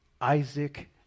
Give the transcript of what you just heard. Isaac